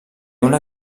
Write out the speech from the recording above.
una